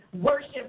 worship